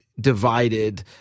divided